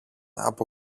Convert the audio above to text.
από